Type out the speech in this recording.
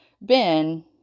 Ben